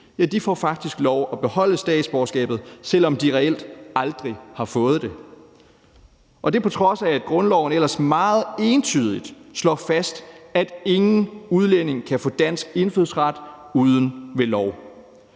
sent, faktisk får lov at beholde statsborgerskabet, selv om de reelt aldrig har fået det. Det er, på trods af at grundloven ellers meget entydigt slår fast, at ingen udlænding kan få dansk indfødsret uden ved lov.